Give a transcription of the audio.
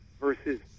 versus